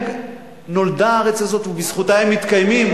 נולדה הארץ הזאת ובזכותה הם מתקיימים?